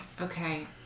Okay